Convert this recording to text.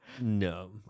no